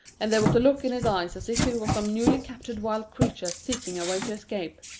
and there was the look in his eyes as if he were some newly captured wild creature seeking a way to escape.